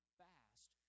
fast